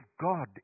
God